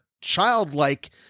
childlike